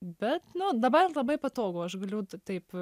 bet nu dabar labai patogu aš galiu taip